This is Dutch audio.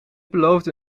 beloofde